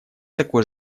такой